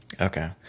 okay